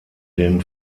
dem